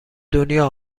دنیا